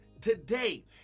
today